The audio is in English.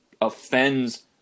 offends